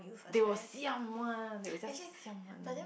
they will siam one they will just siam one